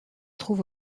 trouve